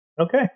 Okay